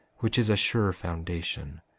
which is a sure foundation,